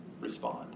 respond